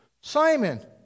Simon